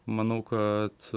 manau kad